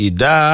Ida